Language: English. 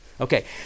Okay